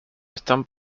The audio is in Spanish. están